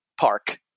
Park